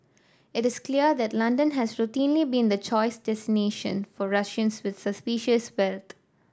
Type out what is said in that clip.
it is clear that London has routinely been the choice destination for Russians with suspicious